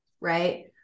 right